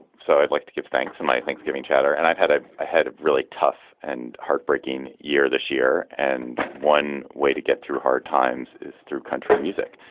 so i'd like to give thanks to and my thanksgiving chatter and i've had a head of really tough and heartbreaking year this year. and one way to get through hard times is through country music.